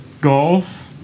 Golf